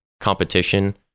competition